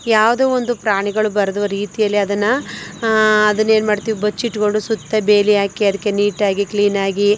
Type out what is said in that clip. ಯಾವುದೇ ಒಂದು ಪ್ರಾಣಿಗಳು ಬರದ ರೀತಿಯಲ್ಲಿ ಅದನ್ನು ಅದನ್ನೇನು ಮಾಡ್ತೀವಿ ಬಚ್ಚಿಟ್ಕೊಂಡು ಸುತ್ತ ಬೇಲಿ ಹಾಕಿ ಅದಕ್ಕೆ ನೀಟಾಗಿ ಕ್ಲೀನಾಗಿ